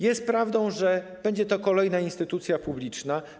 Jest prawdą, że będzie to kolejna instytucja publiczna.